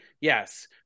yes